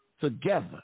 together